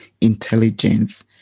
intelligence